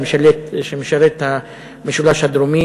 שמשרת את המשולש הדרומי,